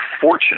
fortunate